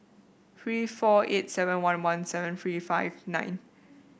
three four eight seven one one seven three five nine